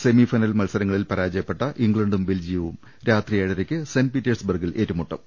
semifinal മത്സരങ്ങളിൽ പരാജയപ്പെട്ട ഇംഗ്ലണ്ടും ബെൽജിയവും രാത്രി ഏഴരയ്ക്ക് സെന്റ് പീറ്റേഴ്സ് ബർഗിൽ ഏറ്റു മുട്ടും